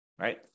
right